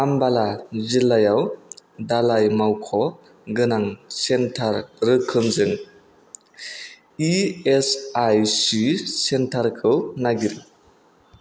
आम्बाला जिल्लायाव दालाइ मावख' गोनां सेन्टार रोखोमजों इ एस आइ सि सेन्टारखौ नागिर